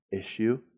issue